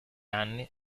anni